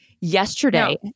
yesterday